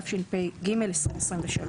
התשפ"ג-2023